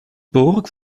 burg